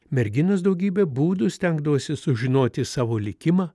merginos daugybe būdų stengdavosi sužinoti savo likimą